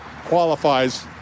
qualifies